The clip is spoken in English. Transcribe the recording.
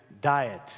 Diet